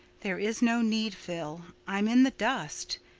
there is no need, phil. i'm in the dust.